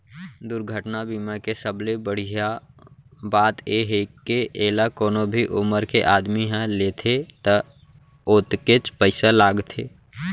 दुरघटना बीमा के सबले बड़िहा बात ए हे के एला कोनो भी उमर के आदमी ह लेथे त ओतकेच पइसा लागथे